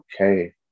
Okay